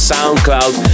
SoundCloud